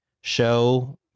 show